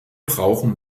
brauchen